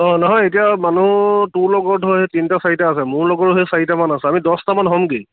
অ নহয় এতিয়া মানুহ তোৰ লগৰ ধৰ সেই তিনিটা চাৰিটা আছে মোৰ লগৰ সেই চাৰিটামান আছে আমি দহটা মান হ'মগৈ